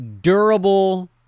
durable